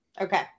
okay